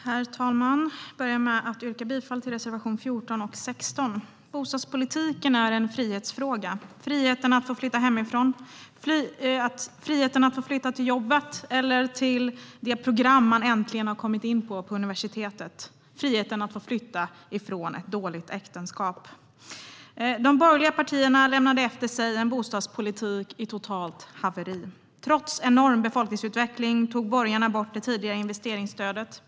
Herr talman! Jag börjar med att yrka bifall till reservationerna 14 och 16. Bostadspolitiken är en frihetsfråga - friheten att få flytta hemifrån, friheten att få flytta till jobbet eller programmet på universitetet man äntligen kommit in på, friheten att få flytta ifrån ett dåligt äktenskap. De borgerliga partierna lämnade efter sig en bostadspolitik i totalt haveri. Trots en enorm befolkningsutveckling tog borgarna bort det tidigare investeringsstödet.